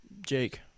Jake